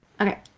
Okay